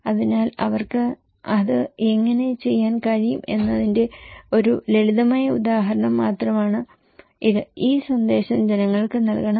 അതിനാൽ അവർക്ക് അത് എങ്ങനെ ചെയ്യാൻ കഴിയും എന്നതിന്റെ ഒരു ലളിതമായ ഉദാഹരണം മാത്രമാണ് ഇത് ഈ സന്ദേശം ജനങ്ങൾക്ക് നൽകണം